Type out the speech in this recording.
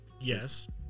Yes